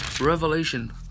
Revelation